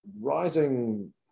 rising